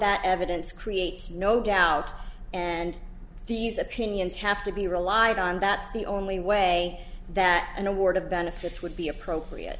that evidence creates no doubt and these opinions have to be relied on that's the only way that an award of benefits would be appropriate